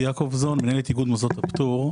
אני מנהל את איגוד מוסדות הפטור.